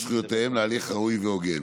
על זכויותיהם להליך ראוי והוגן.